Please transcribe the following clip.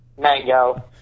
mango